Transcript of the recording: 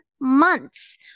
months